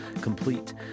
complete